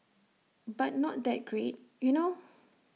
but not that great you know